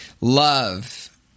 Love